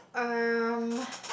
um